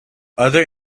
other